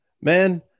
man